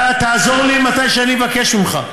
אתה תעזור לי מתי שאני אבקש ממך,